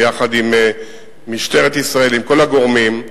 ביחד עם משטרת ישראל וכל הגורמים,